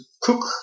cook